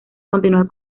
continuar